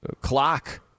clock